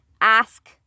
Ask